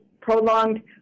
prolonged